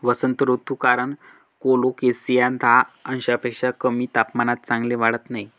वसंत ऋतू कारण कोलोकेसिया दहा अंशांपेक्षा कमी तापमानात चांगले वाढत नाही